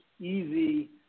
easy